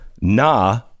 Nah